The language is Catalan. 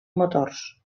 motors